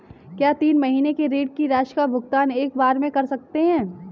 क्या तीन महीने के ऋण की राशि का भुगतान एक बार में कर सकते हैं?